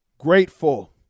Grateful